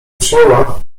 przyjęła